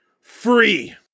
free